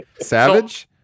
Savage